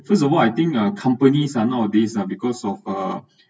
first of all I think uh companies ah nowadays ah because of uh